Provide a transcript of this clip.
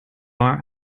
are